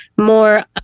more